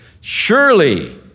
surely